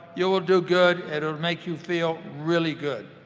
you will do good and will make you feel really good.